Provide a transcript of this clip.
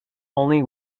only